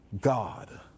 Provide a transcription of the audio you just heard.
God